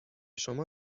شما